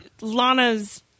Lana's